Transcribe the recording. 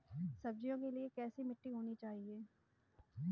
सब्जियों के लिए कैसी मिट्टी होनी चाहिए?